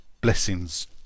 Blessings